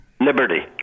Liberty